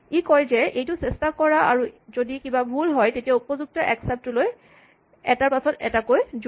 ই কয় যে এইটো চেষ্টা কৰা আৰু যদি কিবা ভুল হয় তেতিয়া উপযুক্ত এক্সেপ্ট টোলৈ এটাৰ পাছত এটা কৈ যোৱা